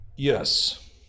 Yes